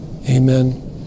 Amen